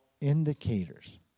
indicators